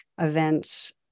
events